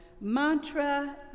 mantra